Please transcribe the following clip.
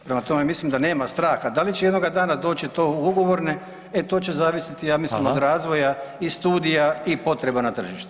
Prema tome mislim da nema straha, da li će jednoga dana doći to u ugovorne, e to će zavisiti ja mislim [[Upadica: Hvala.]] od razvoja i studija i potreba na tržištu.